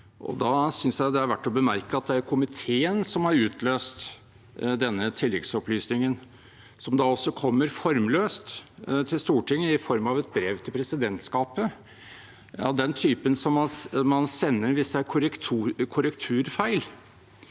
det er verdt å bemerke at det er komiteen som har utløst denne tilleggsopplysningen, som da også kommer formløst til Stortinget i form av et brev til presidentskapet av den typen man sender hvis det er korrekturfeil.